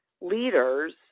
leaders